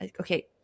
okay